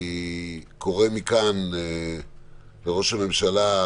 אני קורא מכאן לראש הממשלה,